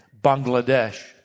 Bangladesh